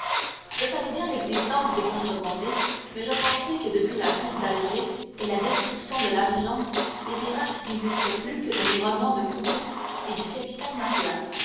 je savais bien l'existence des contrebandiers mais je pensais que depuis la prise d'alger et la destruction de la régence les pirates n'existaient plus que dans les romans de cooper et du capitaine marryat